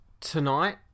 tonight